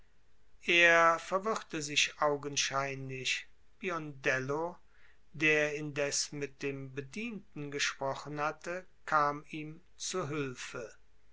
er verwirrte sich augenscheinlich biondello der indes mit dem bedienten gesprochen hatte kam ihm zu hülfe